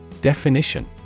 Definition